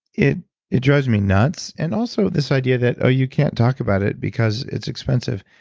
it it drives me nuts. and also this idea that oh, you can't talk about it because it's expensive.